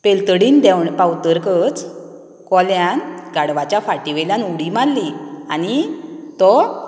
पेलतडीन देंव पावतकच कोल्यान गाडवाच्या फाटीवेल्यान उडी मारली आनी तो